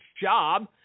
job